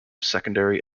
secondary